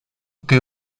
que